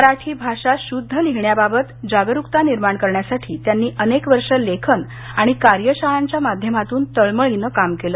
मराठी भाषा शुद्ध लिहिण्याबाबत जागरुकता निर्माण करण्यासाठी त्यांनी अनेक वर्ष लेखन आणि कार्यशाळांच्या माध्यमातून तळमळीनं काम केलं